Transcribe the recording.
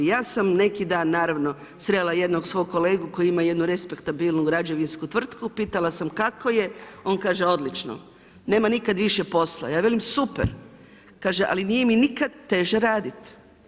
Ja sam neki dan naravno srela jednog svog kolegu koji ima jednu respektabilnu građevinsku tvrtku, pitala sam kako je, on kaže odlično, nema nikad više posla, ja kažem super, kaže ali nije mi nikada teže raditi.